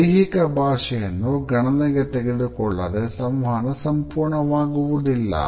ದೈಹಿಕ ಭಾಷೆಯನ್ನು ಗಣನೆಗೆ ತೆಗೆದುಕೊಳ್ಳದೆ ಸಂವಹನ ಸಂಪೂರ್ಣವಾಗುವುದಿಲ್ಲ